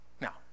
now